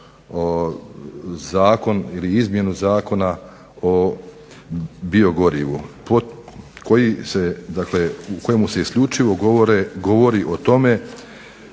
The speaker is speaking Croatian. Zakon ili izmjenu Zakona o biogorivu, u kojem se isključivo govori o tome